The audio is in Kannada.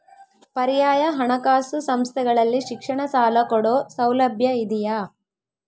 ಪರ್ಯಾಯ ಹಣಕಾಸು ಸಂಸ್ಥೆಗಳಲ್ಲಿ ಶಿಕ್ಷಣ ಸಾಲ ಕೊಡೋ ಸೌಲಭ್ಯ ಇದಿಯಾ?